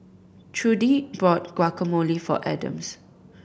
Trudie bought Guacamole for Adams